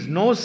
no